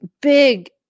big